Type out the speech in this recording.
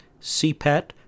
CPET